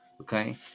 okay